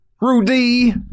Rudy